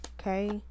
okay